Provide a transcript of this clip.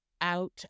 out